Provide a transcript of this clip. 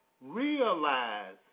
realize